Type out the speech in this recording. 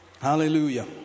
hallelujah